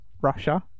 Russia